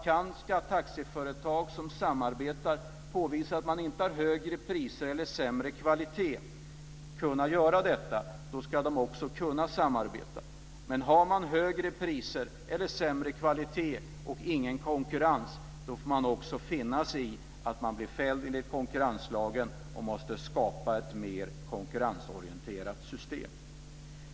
Kan taxiföretag som samarbetar påvisa att de inte har högre priser eller sämre kvalitet ska de också kunna samarbeta. Men har de högre priser eller sämre kvalitet och ingen konkurrens får de också finna sig i att de blir fällda enligt konkurrenslagen och måste skapa ett mer konkurrensorienterat system.